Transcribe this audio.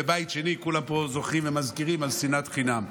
בית שני, כולם פה זוכרים ומזכירים, על שנאת חינם.